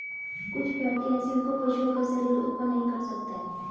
कुछ fatty acid को पशुओं का शरीर उत्पन्न नहीं कर सकता है